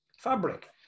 fabric